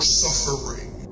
suffering